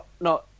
no